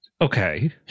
Okay